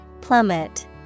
Plummet